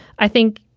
i think,